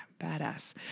badass